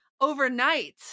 overnight